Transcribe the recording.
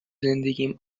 زندگیم